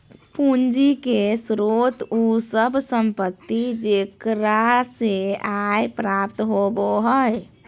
पूंजी के स्रोत उ सब संपत्ति जेकरा से आय प्राप्त होबो हइ